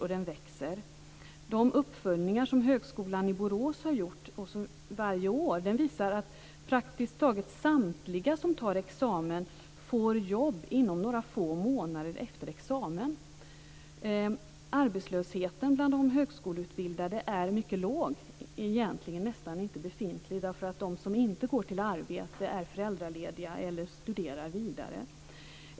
Dessutom växer den. De uppföljningar som Högskolan i Borås varje år gör visar att praktiskt taget samtliga som tar examen får jobb inom några få månader efter examen. Arbetslösheten bland de högskoleutbildade är mycket låg, egentligen nästan obefintlig - de som inte går till arbete är föräldralediga eller också studerar de vidare.